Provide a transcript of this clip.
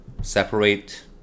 separate